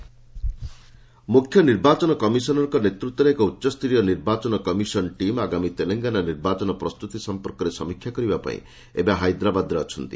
ECI Telangana ମୁଖ୍ୟ ନିର୍ବାଚନ କମିଶନରଙ୍କ ନେତୃତ୍ୱରେ ଏକ ଉଚ୍ଚସ୍ତରୀୟ ନିର୍ବାଚନ କମିଶନ ଟିମ୍ ଆଗାମୀ ତେଲେଙ୍ଗାନା ନିର୍ବାଚନ ପ୍ରସ୍ତୁତି ସମ୍ପର୍କରେ ସମୀକ୍ଷା କରିବା ପାଇଁ ଏବେ ହାଇଦ୍ରାବାଦରେ ଅଛନ୍ତି